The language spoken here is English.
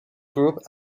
group